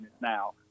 now